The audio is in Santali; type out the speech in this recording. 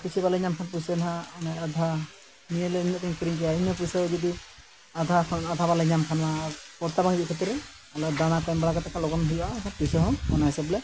ᱠᱤᱪᱷᱤ ᱵᱟᱞᱮ ᱧᱟᱢ ᱠᱷᱟᱱ ᱯᱩᱭᱥᱟᱹ ᱦᱟᱸᱜ ᱚᱱᱮ ᱟᱫᱷᱟ ᱱᱤᱭᱟᱹ ᱞᱮ ᱤᱱᱟᱹ ᱜᱮᱧ ᱠᱤᱨᱤᱧᱟ ᱤᱱᱟᱹ ᱯᱩᱭᱥᱟᱹ ᱡᱩᱫᱤ ᱟᱫᱷᱟ ᱠᱷᱚᱱ ᱟᱫᱷᱟ ᱵᱟᱞᱮ ᱧᱟᱢ ᱠᱷᱟᱱ ᱯᱚᱨᱛᱟ ᱵᱟᱝ ᱦᱤᱡᱩᱜ ᱠᱷᱟᱹᱛᱤᱨ ᱚᱱᱟ ᱫᱟᱱᱟ ᱛᱮ ᱵᱟᱲᱟ ᱠᱟᱛᱮ ᱞᱚᱜᱚᱱ ᱦᱩᱭᱩᱜᱼᱟ ᱯᱩᱭᱥᱟᱹ ᱦᱚᱸ ᱚᱱᱟ ᱦᱤᱥᱟᱹᱵ ᱞᱮ